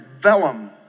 vellum